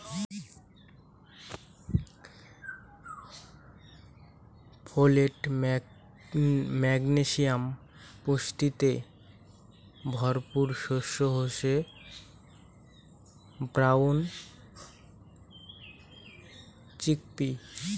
folate, magnesium পুষ্টিতে ভরপুর শস্য হসে ব্রাউন চিকপি